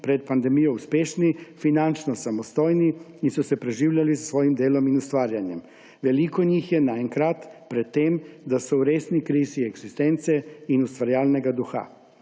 pred pandemijo uspešni, finančno samostojni in so se preživljali s svojim delom in ustvarjanjem. Veliko njih je naenkrat pred tem, da so v resni krizi eksistence in ustvarjalnega duha.